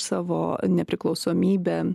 savo nepriklausomybę